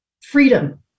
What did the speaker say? freedom